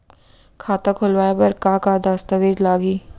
खाता खोलवाय बर का का दस्तावेज लागही?